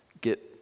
get